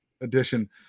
edition